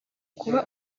kuba